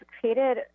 created